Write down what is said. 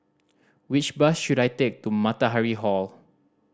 which bus should I take to Matahari Hall